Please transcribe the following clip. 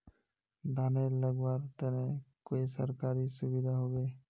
धानेर लगवार तने कोई सरकारी सुविधा होबे?